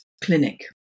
clinic